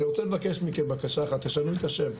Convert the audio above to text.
אני רוצה לבקש מכם בקשה אחת, תשנו את השם,